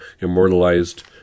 immortalized